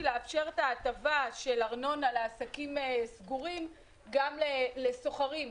לאפשר את ההטבה של ארנונה לעסקים סגורים גם לסוחרים,